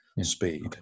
speed